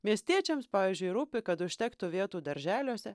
miestiečiams pavyzdžiui rūpi kad užtektų vietų darželiuose